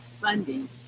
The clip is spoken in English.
funding